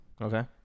Okay